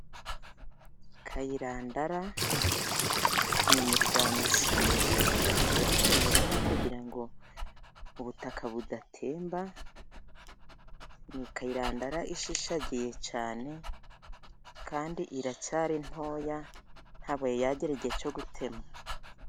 Kayirandara ni imirwanyasuri batera ku mirima kugira ngo ubutaka budatemba, ni kayirandara ishishagiye cyane kandi iracyari ntoya ntabwo iragera igihe cyo gutemwa.